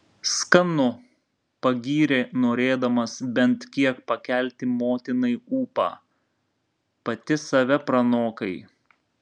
skanu pagyrė norėdamas bent kiek pakelti motinai ūpą pati save pranokai